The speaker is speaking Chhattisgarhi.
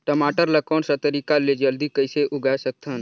टमाटर ला कोन सा तरीका ले जल्दी कइसे उगाय सकथन?